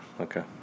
Okay